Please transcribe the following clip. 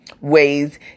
ways